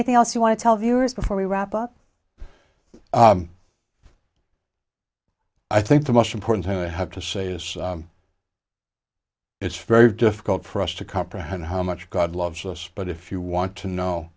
anything else you want to tell viewers before we wrap up i think the most important thing i have to say is it's very difficult for us to comprehend how much god loves us but if you want to know